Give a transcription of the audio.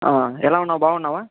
ఎలా ఉన్నావు బాగున్నావా